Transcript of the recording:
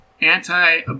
anti-